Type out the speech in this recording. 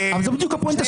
זו בדיוק הפואנטה שלי.